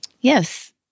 Yes